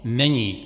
Není.